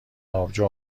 آبجو